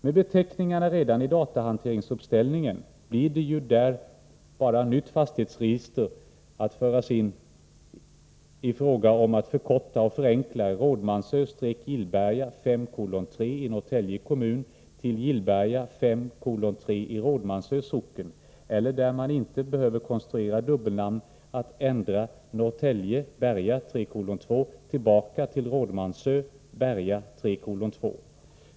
Med beteckningarna redan i datahanteringsuppställningen blir det ju, där nytt fastighetsregister redan förs, bara fråga om att förkorta och förenkla Rådmansö-Gillberga 5:3i Norrtälje kommun till Gillberga 5:3i Rådmansö socken eller att där man inte behöver konstruera dubbelnamn, ändra Norrtälje Berga 3:2 tillbaka till Rådmansö Berga 3:2.